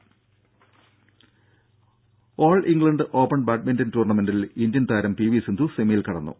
ദേദ All England Open badminton ടൂർണമെന്റിൽ Indian താരം പി വി സിന്ധു സെമിയിൽ കടന്നു